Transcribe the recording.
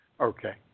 Okay